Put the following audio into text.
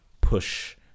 push